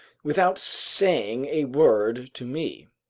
without saying a word to me.